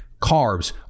carbs